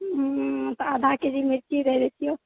तऽ आधा केजी मिरची दै देतियौ